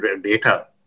data